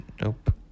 nope